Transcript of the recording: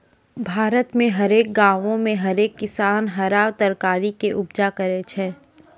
भारत मे हरेक गांवो मे हरेक किसान हरा फरकारी के उपजा करै छै